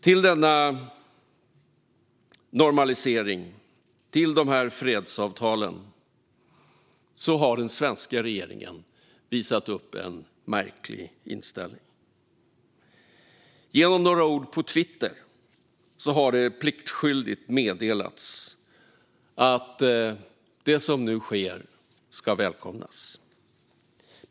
Till denna normalisering - till dessa fredsavtal - har den svenska regeringen visat upp en märklig inställning. Genom några ord på Twitter har det pliktskyldigt meddelats att det som nu sker ska välkomnas.